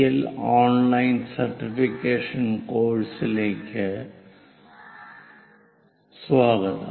L online certification കോഴ്സുകളിലേക്ക് സ്വാഗതം